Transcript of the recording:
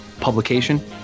publication